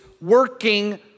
working